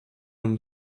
mam